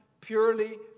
purely